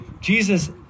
Jesus